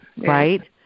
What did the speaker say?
right